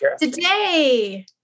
Today